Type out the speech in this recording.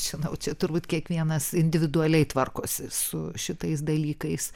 nežinau čia turbūt kiekvienas individualiai tvarkosi su šitais dalykais